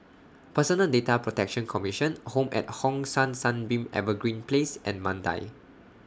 Personal Data Protection Commission Home At Hong San Sunbeam Evergreen Place and Mandai